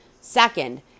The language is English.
Second